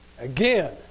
Again